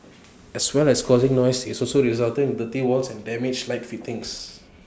as well as causing noise IT also resulted in dirty walls and damaged light fittings